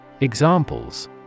Examples